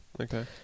Okay